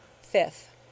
Fifth